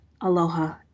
aloha